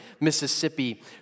Mississippi